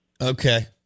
Okay